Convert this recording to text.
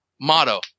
motto